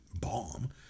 bomb